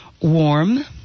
warm